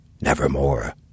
Nevermore